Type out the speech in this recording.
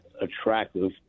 attractive